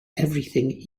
everything